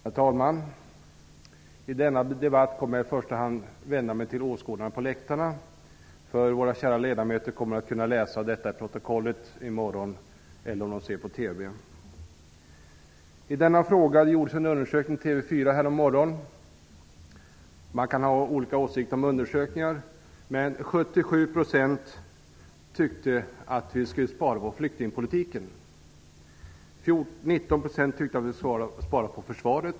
Herr talman! I denna debatt kommer jag i första hand att vända mig till åskådarna på läktarna. Våra kära ledamöter kanske tittar på TV. Annars kommer de att kunna läsa protokollet i morgon. Det gjordes en undersökning i TV 4 härommorgonen. Man kan ha olika åsikter om undersökningar, men denna visade att 77 % tyckte att vi skulle spara på flyktingpolitiken. 19 % tyckte att vi skulle spara på försvaret.